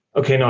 okay.